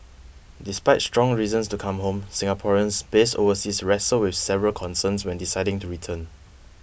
despite strong reasons to come home Singaporeans based overseas wrestle with several concerns when deciding to return